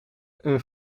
een